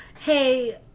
Hey